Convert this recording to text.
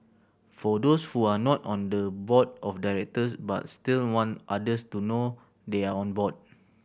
for those who are not on the board of directors but still want others to know they are on board